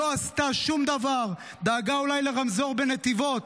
לא עשתה שום דבר, דאגה אולי לרמזור בנתיבות,